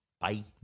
Bye